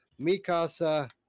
Mikasa